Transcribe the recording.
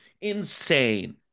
Insane